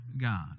God